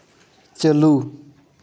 ᱪᱟᱹᱞᱩ